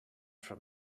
from